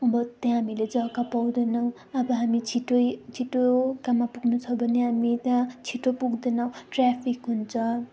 अब त्यहाँ हामीले जग्गा पाउँदैनौँ अब हामी छिटै छिटो काममा पुग्नु छ भने हामी त्यहाँ छिटो पुग्दैनौँ ट्राफिक हुन्छ